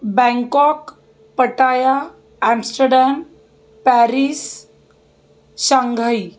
Bangkok Pattaya Amsterdam Paris Shanghai